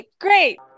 great